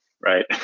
right